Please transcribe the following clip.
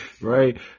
Right